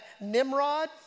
Nimrod